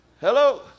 Hello